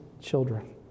children